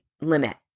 limit